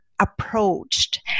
approached